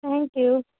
thank you